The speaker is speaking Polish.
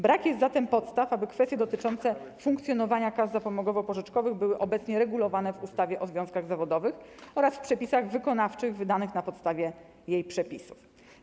Brak jest zatem podstaw, aby kwestie dotyczące funkcjonowania kas zapomogowo-pożyczkowych były obecnie regulowane w ustawie o związkach zawodowych oraz w przepisach wykonawczych wydanych na podstawie jej przepisów.